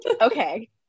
okay